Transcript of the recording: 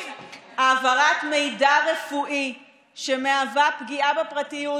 העברת מידע רפואי שמהווה פגיעה בפרטיות,